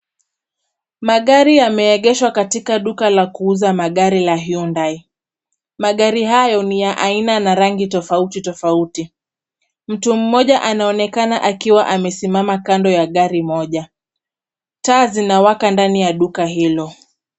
Magari yameegeshwa katika duka la kuuza magari la Hyundai. Magari hayo ni ya aina na rangi tofauti tofauti. Mtu mmoja anaonekana akiwa amesimama kando ya gari moja. Taa zinawaka ndani ya duka hilo.